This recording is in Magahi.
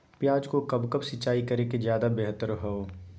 प्याज को कब कब सिंचाई करे कि ज्यादा व्यहतर हहो?